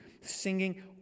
singing